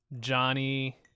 Johnny